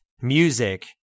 music